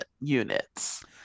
units